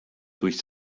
durch